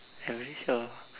I don't think so